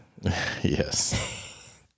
Yes